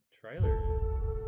trailer